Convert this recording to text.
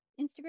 instagram